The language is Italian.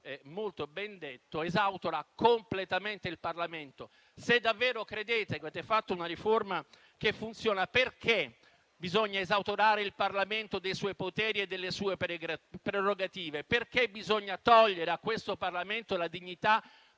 molto ben detto - esautora completamente il Parlamento. Se davvero credete di aver fatto una riforma che funziona, perché bisogna esautorare il Parlamento dei suoi poteri e delle sue prerogative? Perché bisogna togliere a questo Parlamento la dignità